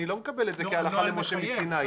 אני לא מקבל את זה כהלכה למשה מסיני.